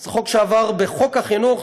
זה חוק שעבר בחוק החינוך,